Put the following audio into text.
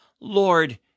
Lord